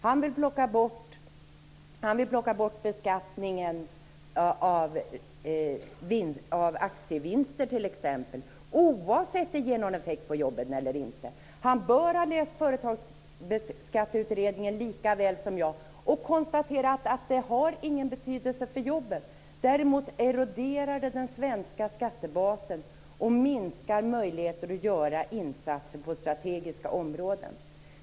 Han vill t.ex. plocka bort beskattningen av aktievinster oavsett om det ger någon effekt på jobben eller inte. Han bör ha läst Företagsskatteutredningen lika väl som jag och konstaterat att den åtgärden inte har någon betydelse för jobben. Däremot eroderar den den svenska skattebasen och minskar möjligheter att göra insatser på strategiska områden.